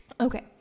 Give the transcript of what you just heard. okay